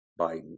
Biden